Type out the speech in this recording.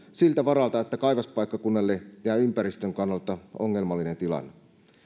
siltä varalta että kaivospaikkakunnalle jää ympäristön kannalta ongelmallinen tilanne